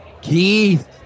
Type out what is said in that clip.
Keith